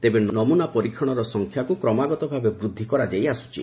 ତେବେ ନମୁନା ପରୀକ୍ଷଣର ସଂଖ୍ୟାକୁ କ୍ରମାଗତ ଭାବେ ବୃଦ୍ଧି କରାଯାଇଆସୁଛି